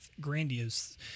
grandiose